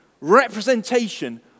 representation